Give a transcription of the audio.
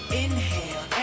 inhale